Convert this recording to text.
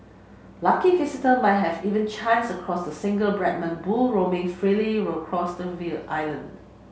lucky visitor might have even chance across the single Brahman bull roaming freely across the will island